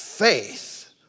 Faith